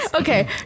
okay